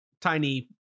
tiny